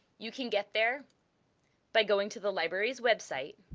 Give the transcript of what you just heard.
you can get there by going to the library's website,